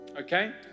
okay